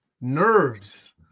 Nerves